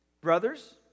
brothers